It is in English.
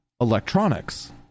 electronics